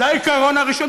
זה העיקרון הראשון.